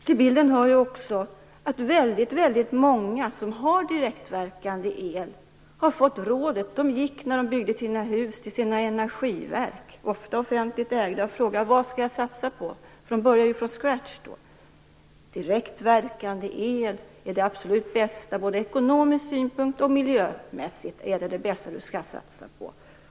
Till bilden hör också att väldigt många som har direktverkande el har blivit rådda till det. När de byggde sina hus gick de till sina energiverk, ofta offentligt ägda, och frågade vad de skulle satsa på, eftersom de började från scratch. Direktverkande el är det absolut bästa att satsa på, både ekonomiskt och miljömässigt, blev svaret.